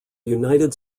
united